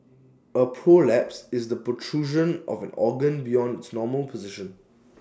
A prolapse is the protrusion of an organ beyond its normal position